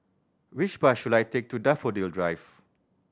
which bus should I take to Daffodil Drive